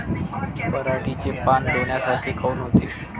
पराटीचे पानं डोन्यासारखे काऊन होते?